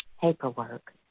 paperwork